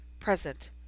present